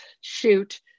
shoot